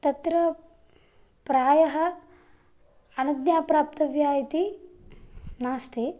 तत्र प्रायः अनज्ञा प्राप्तव्या इति नास्ति